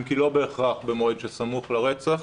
אם כי לא בהכרח במועד שסמוך למקרה הרצח.